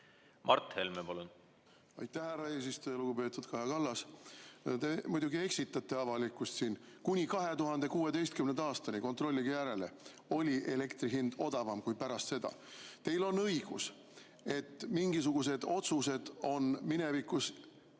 Mart Helme, palun! Aitäh, härra eesistuja! Lugupeetud Kaja Kallas! Te muidugi eksitate avalikkust. Kuni 2016. aastani – kontrollige järele – oli elektri hind odavam kui pärast seda. Teil on õigus, et mingisugused otsused on minevikus